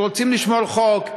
רוצים לשמור חוק,